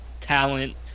talent